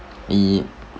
yeah